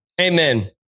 Amen